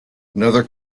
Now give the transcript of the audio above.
another